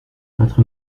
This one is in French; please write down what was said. votre